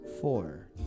four